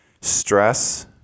Stress